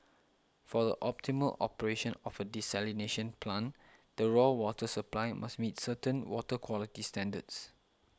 for the optimal operation of a desalination plant the raw water supply must meet certain water quality standards